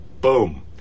boom